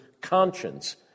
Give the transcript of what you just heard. conscience